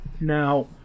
Now